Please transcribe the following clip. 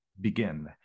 begin